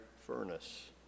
furnace